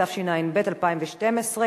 התשע"ב 2012,